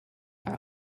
are